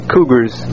Cougars